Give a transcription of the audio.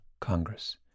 Congress